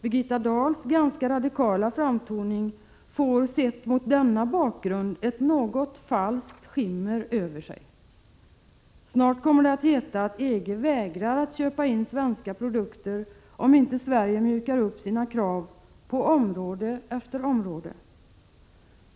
Birgitta Dahls ganska radikala framtoning får, sett mot denna bakgrund, ett något falskt skimmer över sig. Snart kommer det att heta att EG vägrar att köpa svenska produkter om inte Sverige mjukar upp sina krav på område efter område.